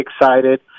excited